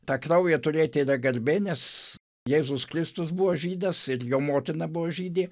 tą kraują turėti yra garbė nes jėzus kristus buvo žydas ir jo motina buvo žydė